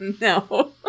No